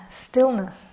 stillness